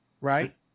right